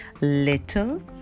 Little